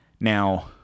Now